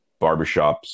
barbershops